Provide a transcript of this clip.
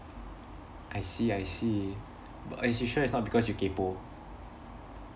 I see I see but are you sure it's not because you kaypoh